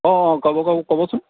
অঁ ক'ব ক'বচোন